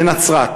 לנצרת,